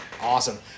Awesome